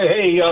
hey